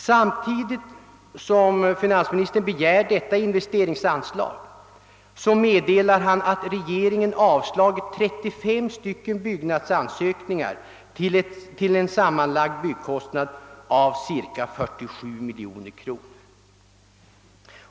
Samtidigt som finansministern begär detta investeringsanslag meddelar han att regeringen avslagit 35 byggnadsansökningar till en sammanlagd byggnadskostnad av cirka 47 miljoner kronor.